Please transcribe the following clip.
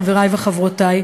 חברי וחברותי,